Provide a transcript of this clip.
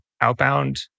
outbound